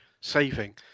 saving